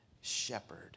shepherd